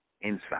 inside